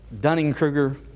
Dunning-Kruger